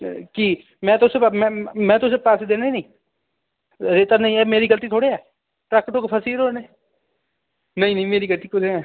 ते की में तुस में तुसें ई पैसे देने निं रेत्ता नेईं ऐ मेरी गलती थोह्ड़े ऐ ट्रक ट्रुक फसी दे होने नेईं नेईं मेरी गलती कुत्थै ऐ